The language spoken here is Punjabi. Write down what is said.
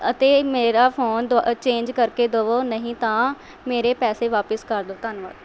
ਅਤੇ ਮੇਰਾ ਫ਼ੋਨ ਦੁਅ ਚੇਂਜ ਕਰਕੇ ਦੇਵੋ ਨਹੀਂ ਤਾਂ ਮੇਰੇ ਪੈਸੇ ਵਾਪਸ ਕਰ ਦਿਉ ਧੰਨਵਾਦ